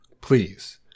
Please